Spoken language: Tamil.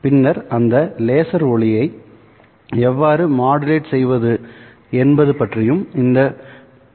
பின்னர் அந்த லேசர் ஒளியை எவ்வாறு மாடுலேட் செய்வது என்பது பற்றியும் இந்த பி